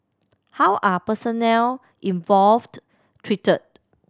how are personnel involved treated